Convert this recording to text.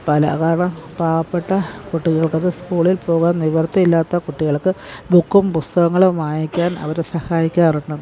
പലതരം പാവപ്പെട്ട കുട്ടികൾക്ക് അത് സ്കൂളിൽ പോകുവാൻ നിവൃത്തിയില്ലാത്ത കുട്ടികൾക്ക് ബുക്കും പുസ്തകങ്ങളും വാങ്ങിക്കാൻ അവർ സഹായിക്കാറുണ്ട്